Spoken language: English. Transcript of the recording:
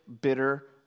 bitter